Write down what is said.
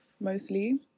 mostly